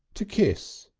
to kiss.